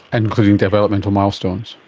including developmental milestones.